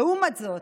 לעומת זאת,